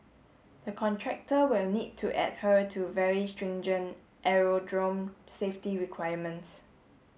the contractor will need to adhere to very stringent aerodrome safety requirements